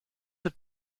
have